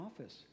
office